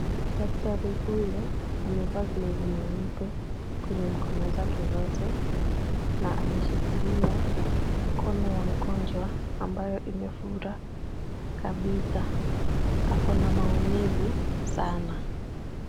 Daktari huyu amevaa glovu nyeupe kwenye mkono zake zote na ameshikilia mkono ya mgonjwa ambayo umefura kabisa. Ako na maumivu sana.